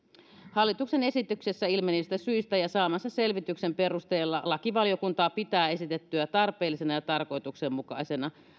hallituksen esityksessä ilmenevistä syistä ja saamansa selvityksen perusteella lakivaliokunta pitää esitettyä tarpeellisena ja tarkoituksenmukaisena